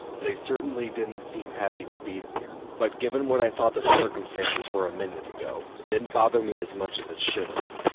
they certainly didn't seem happy to be there. but given what i thought the circumstances were a minute ago, it didn't bother me as much as it should have.